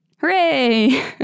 Hooray